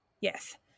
Yes